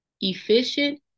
efficient